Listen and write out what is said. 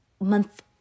month